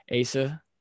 Asa